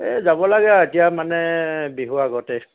এই যাব লাগে আৰু এতিয়া মানে বিহুৰ আগতেই